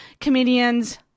comedians